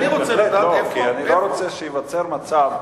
שניבחר,